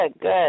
good